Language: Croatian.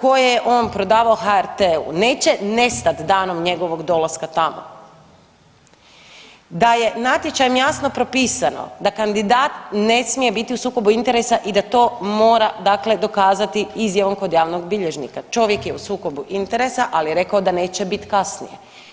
koje je on prodavao HRT-u neće nestat danom njegovog dolaska tamo, da je natječajem jasno propisano da kandidat ne smije biti u sukobu interesa i da to mora dakle dokazati izjavom kod javnog bilježnika, čovjek je u sukobu interesa, ali je rekao da neće bit kasnije.